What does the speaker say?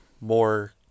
more